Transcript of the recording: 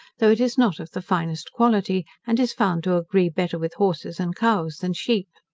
though it is not of the finest quality, and is found to agree better with horses and cows than sheep.